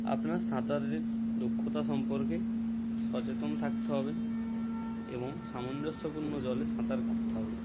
আপনার সাঁতারে দক্ষতা সম্পর্কে সচেতন থাকতে হবে এবং সামঞ্জস্যপূর্ণ জলে সাঁতার কাটতে হবে